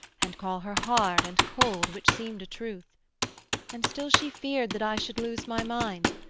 and call her hard and cold which seemed a truth and still she feared that i should lose my mind,